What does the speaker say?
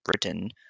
Britain